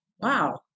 Wow